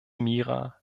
mira